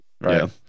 Right